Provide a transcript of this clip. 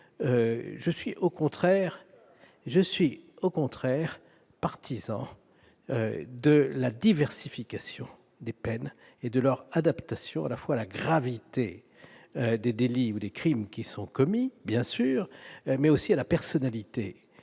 Je suis, au contraire, partisan de la diversification des peines et de leur adaptation, à la fois à la gravité des délits et des crimes commis et à la personnalité